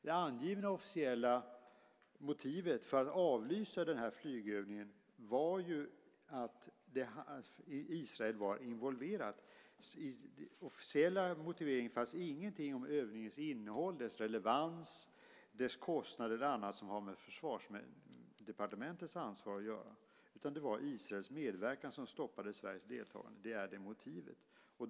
Det angivna officiella motivet för att avlysa flygövningen var att Israel var involverat. I den officiella motiveringen fanns ingenting om övningens innehåll, dess relevans, dess kostnader eller annat som har med Försvarsdepartementets ansvar att göra, utan det var Israels medverkan som stoppade Sveriges deltagande. Det är motivet.